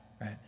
right